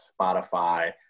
Spotify